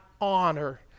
honor